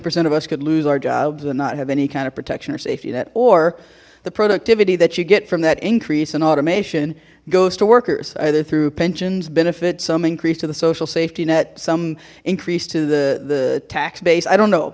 percent of us could lose our jobs and not have any kind of protection or safety net or the productivity that you get from that increase in automation goes to workers either through pensions benefits some increase to the social safety net some increase to the the tax base i don't